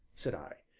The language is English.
said i.